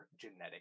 genetic